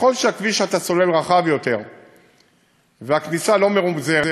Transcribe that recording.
ככל שהכביש שאתה סולל רחב יותר והכניסה לא מרומזרת,